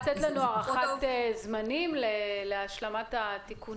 --- את יכולה לתת לנו לוח זמנים להשלמת התיקונים